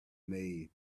made